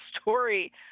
story